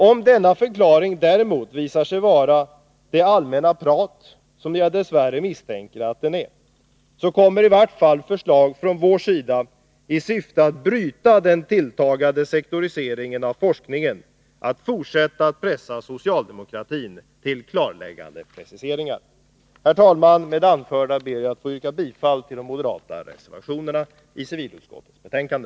Om denna förklaring däremot visar sig vara det allmänna prat som jag dess värre misstänker att det är kommer i varje fall förslag från vår sida i syfte att bryta den tilltagande sektoriseringen av forskningen att fortsätta att pressa socialdemokratin till klarläggande preciseringar. Herr talman! Med det anförda ber jag att få yrka bifall till de moderata reservationerna i civilutskottets betänkande.